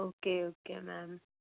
okay okay ma'am